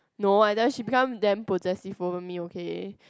no I just she become damn possessive over me okay